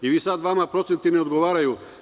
Sada vama procenti ne odgovaraju.